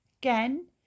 Again